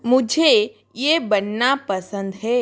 मुझे ये बनना पसंद है